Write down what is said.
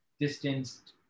distanced